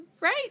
Right